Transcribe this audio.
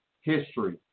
history